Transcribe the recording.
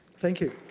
thank you.